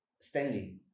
Stanley